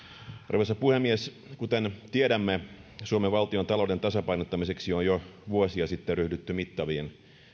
arvoisa puhemies kuten tiedämme suomen valtiontalouden tasapainottamiseksi on jo vuosia sitten ryhdytty mittaviin